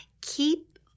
keep